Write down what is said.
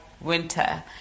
winter